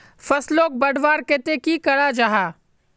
फसलोक बढ़वार केते की करा जाहा?